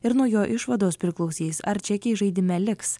ir nuo jo išvados priklausys ar čekiai žaidime liks